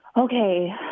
okay